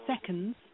seconds